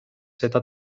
seda